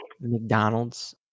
McDonald's